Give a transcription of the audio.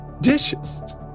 dishes